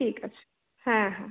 ঠিক আছে হ্যাঁ হ্যাঁ